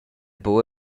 buc